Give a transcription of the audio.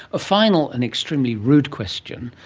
a final and extremely rude question,